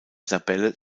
tabelle